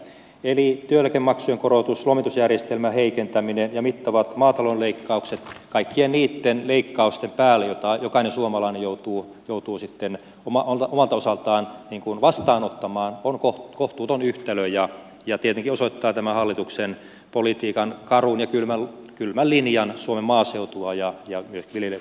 eli työeläkemaksujen korotus lomitusjärjestelmän heikentäminen ja mittavat maatalouden leikkaukset kaikkien niitten leikkausten päälle joita jokainen suomalainen joutuu sitten omalta osaltaan vastaanottamaan on kohtuuton yhtälö ja tietenkin osoittaa tämän hallituksen politiikan karun ja kylmän linjan suomen maaseutua ja vikkelin